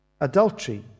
Adultery